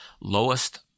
lowest